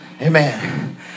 Amen